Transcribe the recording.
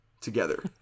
together